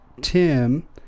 Tim